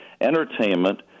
entertainment